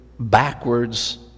backwards